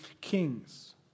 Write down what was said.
kings